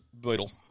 Beetle